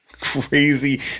crazy –